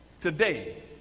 today